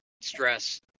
stress